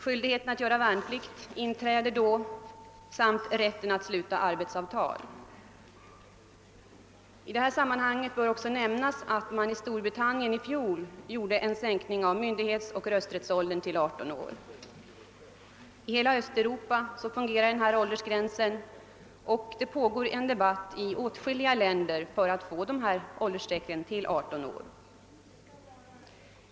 Skyldigheten att göra värnplikt inträder då samt rätten att sluta arbetsavtal. I detta sammanhang bör även nämnas att man i Storbritannien i fjol genomförde en sänkning av myndighetsoch rösträttsåldern till 18 år. I hela Östeuropa fungerar denna åldersgräns och debatt pågår i åtskilliga länder för att fastställa dessa åldersstreck till 18 år.